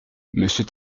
monsieur